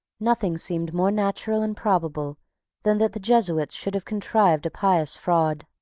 nothing seemed more natural and probable than that the jesuits should have contrived a pious fraud.